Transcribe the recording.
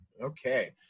Okay